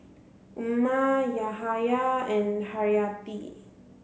Umar Yahaya and Haryati